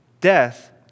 Death